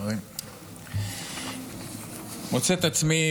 אני מוצא את עצמי